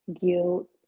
guilt